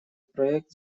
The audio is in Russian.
проект